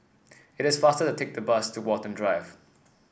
it is faster to take the bus to Watten Drive